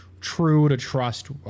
true-to-trust